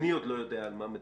אני עוד לא יודע על מה מדברים.